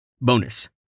Bonus